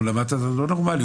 אתה לא נורמלי.